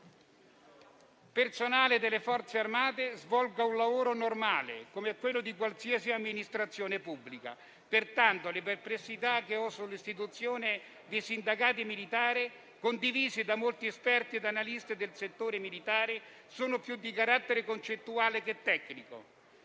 personale che le Forze armate svolgano un lavoro normale, come quello di qualsiasi amministrazione pubblica. Pertanto, le perplessità che ho sull'istituzione dei sindacati militari, condivise da molti esperti e analisti del settore militare, sono più di carattere concettuale che tecnico.